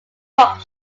talk